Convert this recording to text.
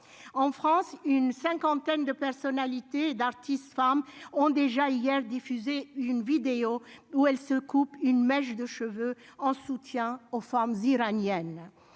en France, une cinquantaine de personnalités d'artistes femmes ont déjà hier diffusé une vidéo où elle se coupe une mèche de cheveux en soutien aux femmes iraniennes